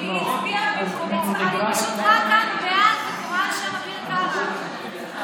אני פשוט כאן בעד, רואה שם אביר קארה.